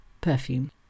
perfume